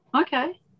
Okay